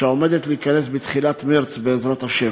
שעומדת להיכנס בתחילת מרס, בעזרת השם,